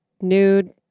nude